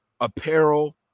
apparel